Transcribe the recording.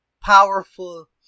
powerful